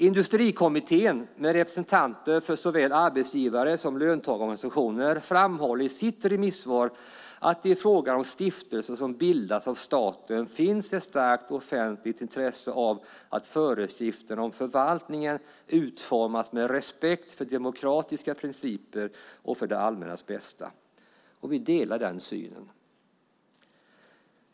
Industrikommittén, med representanter för såväl arbetsgivar som löntagarorganisationer, framhåller i sitt remissvar att det i fråga om stiftelser som bildats av staten finns ett starkt offentligt intresse av att föreskrifterna om förvaltningen utformas med respekt för demokratiska principer och för det allmännas bästa. Vi delar denna syn.